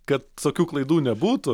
kad tokių klaidų nebūtų